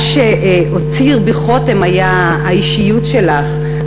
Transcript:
מה שהותיר בי חותם היה האישיות שלך,